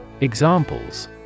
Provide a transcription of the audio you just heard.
Examples